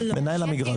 מנהל המגרש.